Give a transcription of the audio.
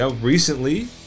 Recently